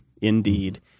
Indeed